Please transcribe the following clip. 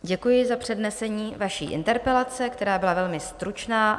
Děkuji za přednesení vaší interpelace, která byla velmi stručná.